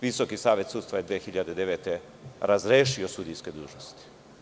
Visoki savet sudstva ga je 2009. godine razrešio sudijske dužnosti.